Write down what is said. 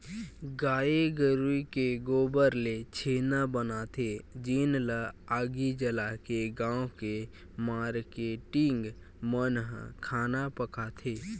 गाये गरूय के गोबर ले छेना बनाथे जेन ल आगी जलाके गाँव के मारकेटिंग मन ह खाना पकाथे